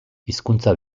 hizkuntza